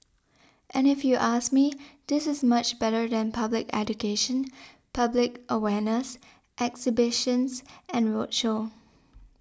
and if you ask me this is much better than public education public awareness exhibitions and roadshow